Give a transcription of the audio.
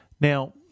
Now